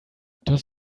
das